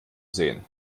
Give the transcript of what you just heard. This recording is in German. sehen